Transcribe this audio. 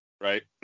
Right